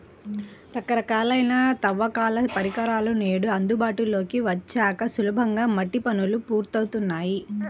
రకరకాలైన తవ్వకాల పరికరాలు నేడు అందుబాటులోకి వచ్చాక సులభంగా మట్టి పనులు పూర్తవుతున్నాయి